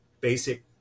basic